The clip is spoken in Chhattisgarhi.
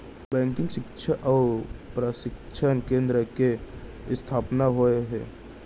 बेंकिंग सिक्छा अउ परसिक्छन केन्द्र के इस्थापना होय हे